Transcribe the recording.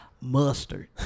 mustard